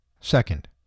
Second